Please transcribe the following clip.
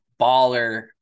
baller